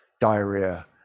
diarrhea